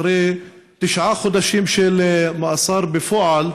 אחרי תשעה חודשים של מאסר בפועל.